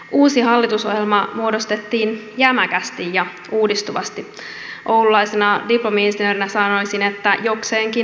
uusi hallitusohjelma muodostettiin jämäkästi ja uudistuvasti oululaisena diplomi insinöörinä sanoisin että jokseenkin prosessikaaviomaisesti